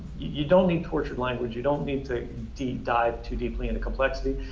you don't need tortured language. you don't need to deep dive too deeply into complexity.